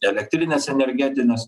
elektrinės energetinės